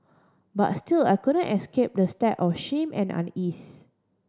but still I couldn't escape the stab of shame and unease